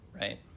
right